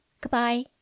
goodbye